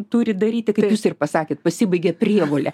turi daryti kaip jūs ir pasakėt pasibaigė prievolė